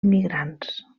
immigrants